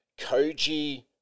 koji